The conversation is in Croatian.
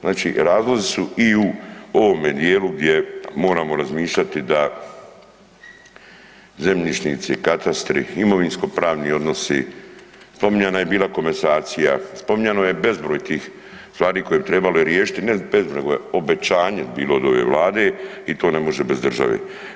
Znači razlozi su i u ovome dijelu gdje moramo razmišljati da zemljišnici i katastri i imovinsko pravni odnosi, spominjana je bila komasacija, spominjano je bezbroj tih stvari koje bi trebale riješiti, ne bezbroj, nego je obećanje bilo od ove vlade i to ne može bez države.